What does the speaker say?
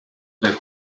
del